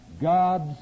God's